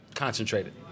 Concentrated